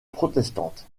protestante